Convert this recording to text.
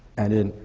and then,